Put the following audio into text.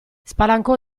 spalancò